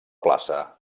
plaça